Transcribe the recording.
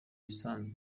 usanzwe